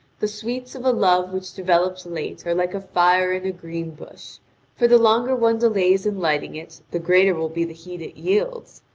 the sweets of a love which develops late are like a fire in a green bush for the longer one delays in lighting it the greater will be the heat it yields,